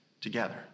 together